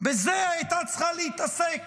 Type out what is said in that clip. בזה הייתה צריכה להתעסק